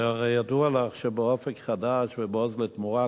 הרי ידוע לך שב"אופק חדש" וב"עוז לתמורה",